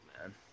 man